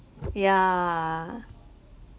yeah